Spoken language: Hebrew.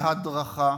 בהדרכה,